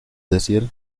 decir